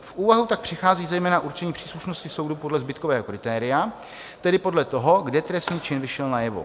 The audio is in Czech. V úvahu tak přichází zejména určení příslušnosti soudu podle zbytkového kritéria, tedy podle toho, kde trestný čin vyšel najevo.